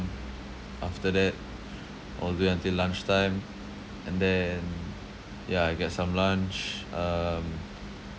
after that all the way until lunchtime and then ya I get some lunch um